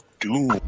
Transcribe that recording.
Doom